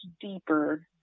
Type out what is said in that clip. deeper